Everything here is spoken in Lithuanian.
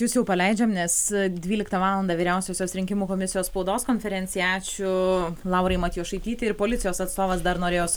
jus jau paleidžiam nes dvyliktą valandą vyriausiosios rinkimų komisijos spaudos konferencija ačiū laurai matijošaitytei ir policijos atstovas dar norėjo